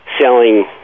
selling